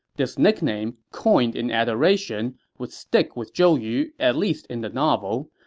this nickname, coined in adoration, would stick with zhou yu at least in the novel.